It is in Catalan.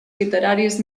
literaris